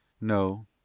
No